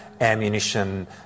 ammunition